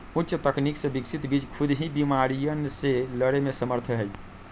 उच्च तकनीक से विकसित बीज खुद ही बिमारियन से लड़े में समर्थ हई